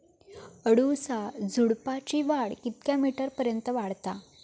अडुळसा झुडूपाची वाढ कितक्या मीटर पर्यंत वाढता?